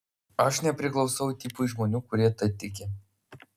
aš nepriklausau tipui žmonių kurie tuo tiki